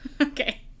Okay